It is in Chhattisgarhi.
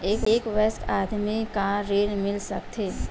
एक वयस्क आदमी ला का ऋण मिल सकथे?